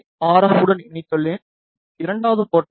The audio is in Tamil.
எஃப் உடன் இணைத்துள்ளேன் இரண்டாவது போர்ட்டை ஆர்